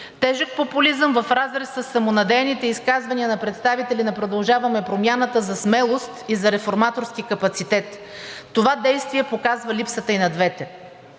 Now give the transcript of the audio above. Тежък популизъм в разрез със самонадеяните изказвания на представители на „Продължаваме Промяната“ за смелост и за реформаторски капацитет. Това действие показва липсата и на двете.